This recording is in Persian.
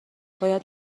باید